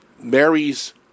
Mary's